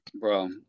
Bro